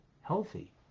healthy